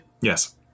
Yes